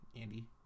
Andy